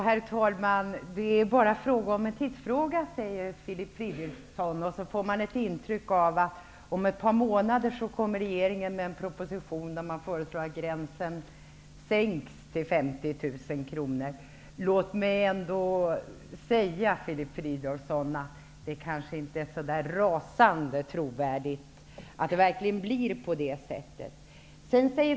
Herr talman! Det är bara en tidsfråga, säger Filip Fridolfsson. Man får ett intryck av att om ett par månader kommer regeringen med en proposition där man föreslår att gränsen sänks till 50 000 kr. Låt mig ändå säga, Filip Fridolfsson, att det kanske inte är så rasande trovärdigt att det verkligen blir på det sättet.